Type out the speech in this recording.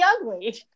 ugly